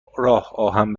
آهن